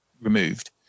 removed